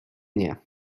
nie